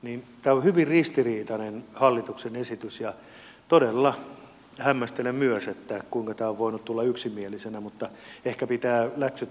tämä on hyvin ristiriitainen hallituksen esitys ja todella hämmästelen myös sitä kuinka tämä on voinut tulla yksimielisenä mutta ehkä pitää läksyt lukea vielä paremmin